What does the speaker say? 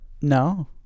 No